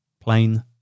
plain